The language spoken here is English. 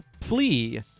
flee